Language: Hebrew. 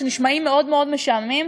שנשמעים מאוד מאוד משעממים,